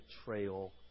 betrayal